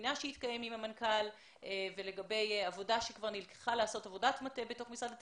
מבינה שהתקיים עם המנכ"ל ולגבי עבודת מטה בתוך משרד התיירות.